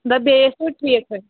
دَپ بیٚیہِ ٲسِوٕ ٹھیٖکھٕے